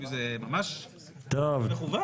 זה ממש משהו מכוון.